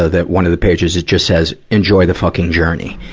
ah that one of the pages it just says, enjoy the fucking journey.